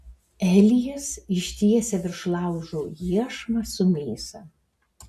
elijas ištiesia virš laužo iešmą su mėsa